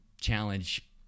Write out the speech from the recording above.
Challenge